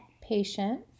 patient